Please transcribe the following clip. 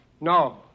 No